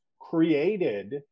Created